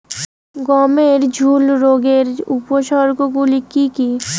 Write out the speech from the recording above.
গমের ঝুল রোগের উপসর্গগুলি কী কী?